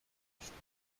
crushed